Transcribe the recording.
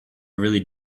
really